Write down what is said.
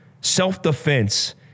Self-defense